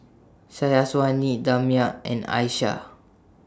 Syazwani Damia and Aisyah